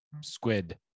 squid